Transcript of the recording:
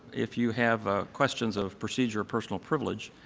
if you have ah questions of procedure or personal privilege,